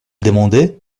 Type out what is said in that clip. demandé